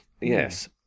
Yes